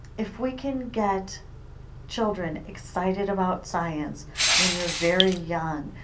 if we can get children excited about science when they are very young,